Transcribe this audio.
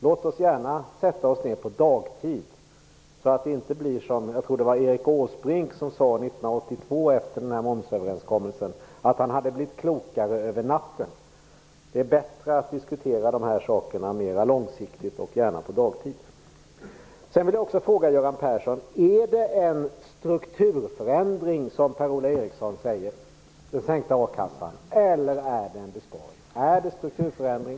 Låt oss gärna sätta oss ned på dagtid, så att det inte blir som när Erik Åsbrink, jag tror det var han, efter momsöverenskommelsen 1982 sade att han hade blivit klokare över natten. Det är bättre att diskutera de här sakerna mer långsiktigt, och gärna på dagtid. Jag vill också fråga Göran Persson: Är den sänkta a-kassan som Per-Ola Ericsson säger en strukturförändring, eller är det en besparing?